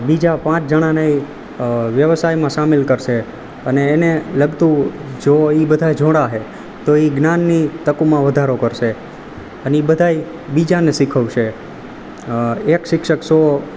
બીજા પાંચ જણાંને ય વ્યવસાયમાં સામેલ કરશે અને એને લગતું જો એ બધાંય જોડાશે તો એ જ્ઞાનની ય તકમાં વધારો કરશે અને એ બધાંય બીજાને શીખવશે એક શિક્ષક સો